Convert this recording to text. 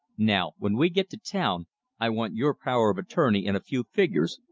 now when we get to town i want your power of attorney and a few figures,